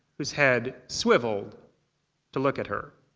whose head swiveled to look at her.